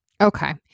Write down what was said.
Okay